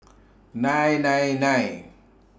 nine nine nine